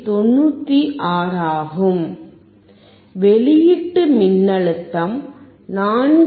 96 ஆகும் வெளியீட்டு மின்னழுத்தம் 4